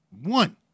One